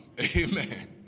Amen